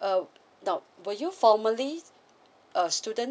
uh nope were you formerly a student